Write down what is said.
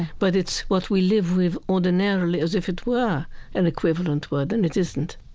but it's what we live with ordinarily as if it were an equivalent word, and it isn't